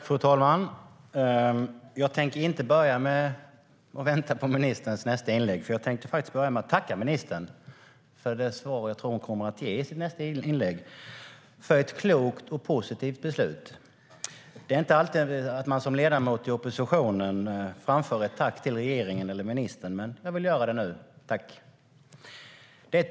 Fru talman! Jag tänker inte vänta på ministerns nästa inlägg, utan jag tänker faktiskt börja med att tacka ministern för det svar jag tror att hon kommer att ge i det inlägget. Jag tackar för ett klokt och positivt beslut. Det är inte alltid man som ledamot i oppositionen framför ett tack till regeringen eller en minister, men jag vill göra det nu. Tack!